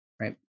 Right